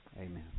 Amen